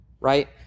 right